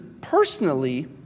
personally